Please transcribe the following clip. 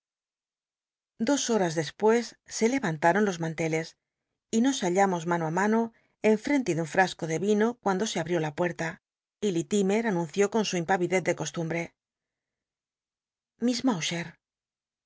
dos horas despues se lcmnlaron los manteles y nos balhibamos mano ti mano en frente de un l'r'as o de vino cuando se abrió la puerta y tillimer anunció con su impavidez de coslumbre